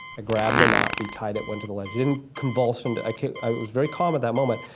i grabbed the knot, retied it, went to the ledge, i didn't convulse, and i i was very calm at that moment,